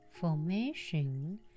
formation